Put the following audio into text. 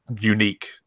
unique